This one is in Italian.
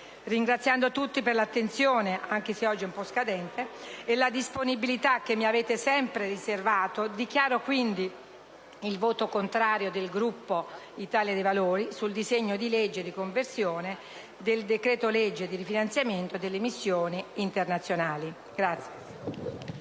Ringraziando tutti per l'attenzione, anche se oggi un po' scadente, e per la disponibilità che mi avete sempre riservato, dichiaro quindi il voto contrario del Gruppo Italia dei Valori sul disegno di legge di conversione del decreto-legge di rifinanziamento delle missioni internazionali.